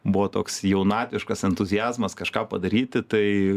buvo toks jaunatviškas entuziazmas kažką padaryti tai